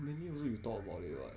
mainly also you talk about it [what]